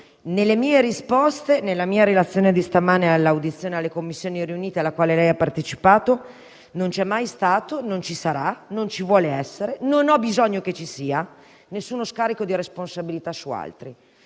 Nelle mie risposte e nella mia relazione di questa mattina in audizione presso le Commissioni riunite, alla quale lei ha partecipato, non c'è mai stato, non ci sarà, non ci vuole essere, né ho bisogno che ci sia alcuno scarico di responsabilità su altri.